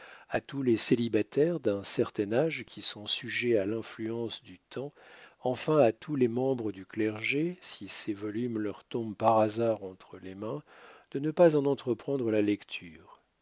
à tous les célibataires d'un certain âge qui sont sujets à l'influence du temps enfin à tous les membres du clergé si ces volumes leur tombent par hasard entre les mains de ne pas en entreprendre la lecture